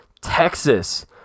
Texas